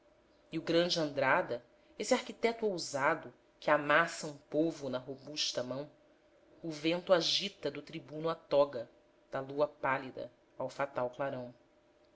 e o grande andrada esse arquiteto ousado que amassa um povo na robusta mão o vento agita do tribuno a toga da lua pálida ao fatal clarão